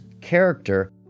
character